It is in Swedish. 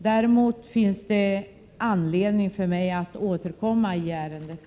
Däremot finns det anledning för mig att återkomma i ärendet.